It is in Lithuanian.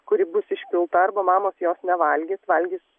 kuri bus išpilta arba mamos jos nevalgys valgys